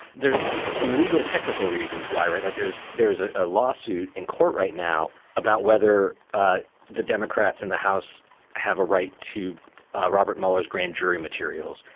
there's some legal technical reasons why. right. like there's there is ah a lawsuit in court right now about whether ah the democrats in the house have a right to robert mueller's grand jury materials.